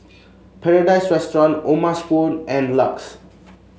Paradise Restaurant O'ma Spoon and Lux